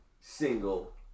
single